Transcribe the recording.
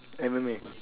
M_M_A